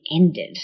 ended